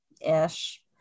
ish